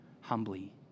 humbly